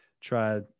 try